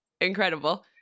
incredible